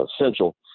essential